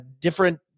different